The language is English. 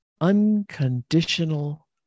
unconditional